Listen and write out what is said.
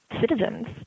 citizens